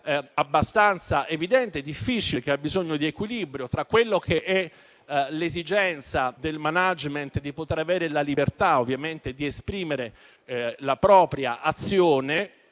abbastanza evidente e difficile, che ha bisogno di equilibrio, tra quella che è l'esigenza del *management* di poter avere la libertà ed esprimere la propria azione